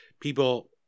People